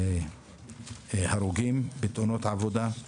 בתאונות עבודה.